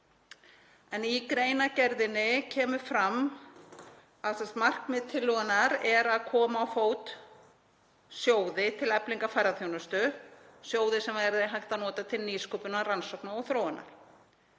Í greinargerðinni kemur fram að markmið tillögunnar er að koma á fót sjóði til eflingar ferðaþjónustu, sjóði sem væri hægt að nota til nýsköpunar, rannsókna og þróunar,